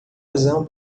razão